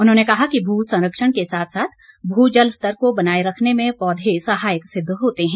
उन्होंने कहा कि भू संरक्षण के साथ साथ भू जल स्तर को बनाए रखने में पौधे सहायक सिद्ध होते हैं